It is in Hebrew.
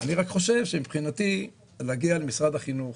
- אני רק חושב שמבחינתי, להגיע למשרד החינוך,